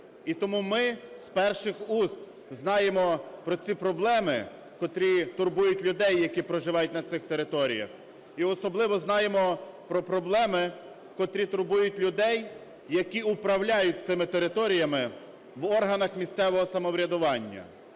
І тому ми з перших уст знаємо про ці проблеми, котрі турбують людей, які проживають на цих територіях, і особливо знаємо про проблеми, котрі турбують людей, які управляють цими територіями в органах місцевого самоврядування.